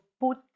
put